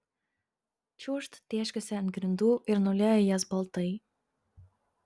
čiūžt tėškiasi ant grindų ir nulieja jas baltai